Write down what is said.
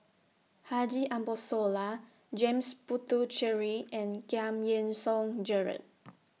Haji Ambo Sooloh James Puthucheary and Giam Yean Song Gerald